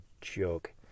joke